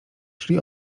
szli